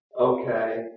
okay